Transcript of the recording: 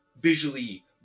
visually